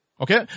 Okay